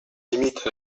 limites